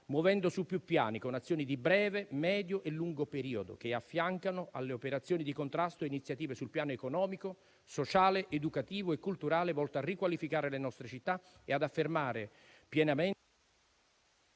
muovendo su più piani, con azioni di breve, medio e lungo periodo, che affiancano alle operazioni di contrasto iniziative sul piano economico, sociale, educativo e culturale, volte a riqualificare le nostre città e ad affermare pienamente...